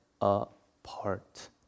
apart